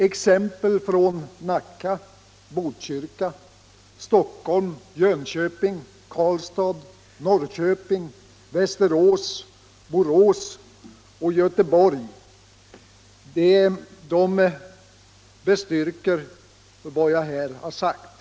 Exempel från Nacka, Botkyrka, Stockholm, Jönköping, Karlstad, Norrköping, Västerås, Borås och Göteborg bestyrker vad jag här har sagt.